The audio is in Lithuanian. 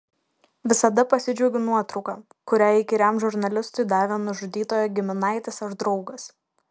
visada pasidžiaugiu nuotrauka kurią įkyriam žurnalistui davė nužudytojo giminaitis ar draugas